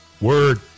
Word